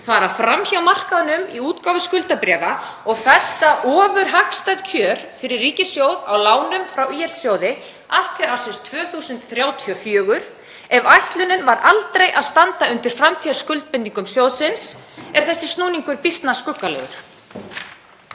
fara fram hjá markaðnum í útgáfu skuldabréfa og festa ofurhagstæð kjör fyrir ríkissjóð á lánum frá ÍL-sjóði allt til ársins 2034? Ef ætlunin var aldrei að standa undir framtíðarskuldbindingum sjóðsins er þessi snúningur býsna skuggalegur.